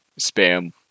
spam